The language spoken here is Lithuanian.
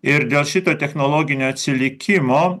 ir dėl šito technologinio atsilikimo